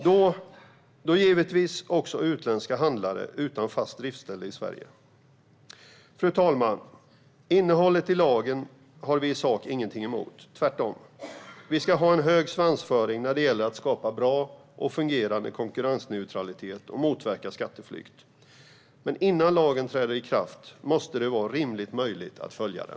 Detta gäller givetvis också utländska handlare utan fast driftställe i Sverige. Fru talman! Innehållet i lagen har vi i sak ingenting emot, tvärtom. Vi ska ha en hög svansföring när det gäller att skapa bra och fungerande konkurrensneutralitet och motverka skatteflykt. Men innan lagen träder i kraft måste det vara rimligt möjligt att följa den.